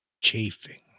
chafing